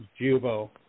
Jubo